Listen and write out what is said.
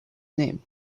name